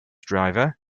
driver